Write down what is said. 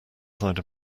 side